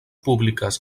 públiques